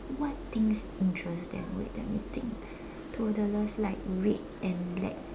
what things interest them wait let me think toddlers like red and black